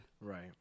Right